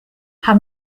how